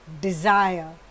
desire